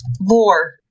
lore